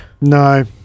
No